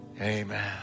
Amen